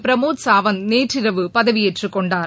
பிரமோத் சாவந்த் நேற்றிரவு பதவியேற்றுக் கொண்டார்